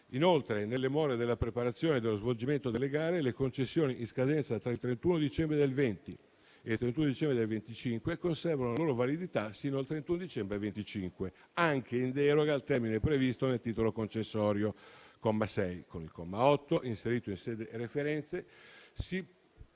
Inoltre, nelle more della preparazione dello svolgimento delle gare, le concessioni in scadenza tra il 31 dicembre 2020 e il 31 dicembre 2025 conservano la loro validità sino al 31 dicembre 2025, anche in deroga al termine previsto nel titolo concessorio (comma 6). Con il comma 8, inserito in sede referente, si proroga